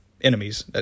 enemies